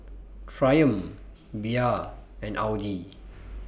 Triumph Bia and Audi